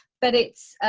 but it's